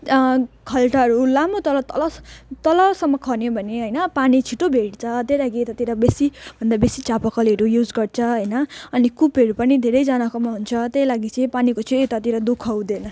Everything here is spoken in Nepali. खाल्टाहरू लामो तल तल तलसम्म खन्यो भने होइन पानी छिटो भेट्छ त्यही लागि यतातिर बेसीभन्दा बेसी चापाकलहरू युज गर्छ होइन अनि कुपहरू पनि धेरैजनाकोमा हुन्छ त्यही लागि चाहिँ पानीको चाहिँ यतातिर दुःख हुँदैन